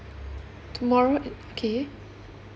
tomorrow okay